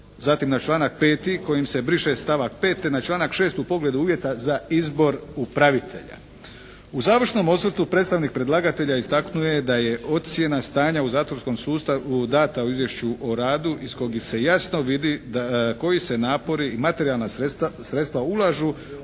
Zatim na članak 5. kojim se briše stavak 5. na članak 6. u pogledu uvjeta za izbor upravitelja. U završnom osvrtu predstavnik predlagatelja istaknuo je da je ocjena stanja u zatvorskom sustavu data u Izvješću o radu iz kojeg se jasno vidi koji se napori i materijalna sredstva ulažu